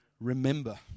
remember